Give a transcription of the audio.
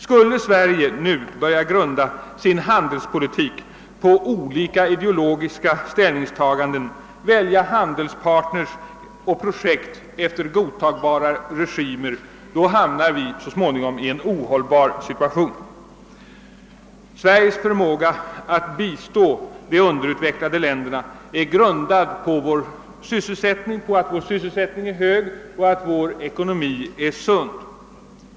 Skulle Sverige nu börja grunda sin handelspolitik på olika ideologiska ställningstaganden, välja handelspartners och projekt efter godtagbara regimer, hamnar vi så småningom i en ohållbar situation. Sveriges förmåga att bistå de underutvecklade länderna är grundad på att vår sysselsättning är hög och vår ekonomi sund.